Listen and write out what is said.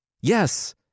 Yes